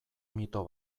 mito